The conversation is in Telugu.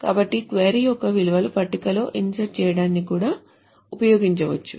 కాబట్టి క్వరీ యొక్క విలువను పట్టికలో ఇన్సర్ట్ చేయడానికి కూడా ఉపయోగించవచ్చు